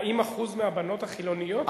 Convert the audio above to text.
40% מהבנות החילוניות?